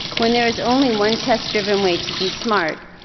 when there is only one test driven way to be smart,